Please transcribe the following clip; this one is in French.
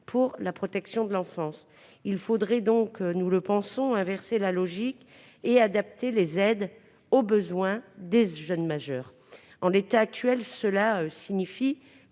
pour la protection de l'enfance. Il faudrait donc, selon nous, inverser la logique et adapter les aides aux besoins des jeunes majeurs. Dans la situation actuelle, cela signifie